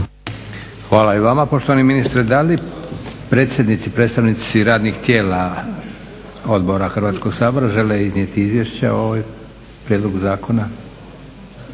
Hvala i vama poštovani ministre. Da li predsjednici predstavnici radnih tijela odbora Hrvatskog sabora žele iznijeti izvješća o ovom prijedlogu zakona?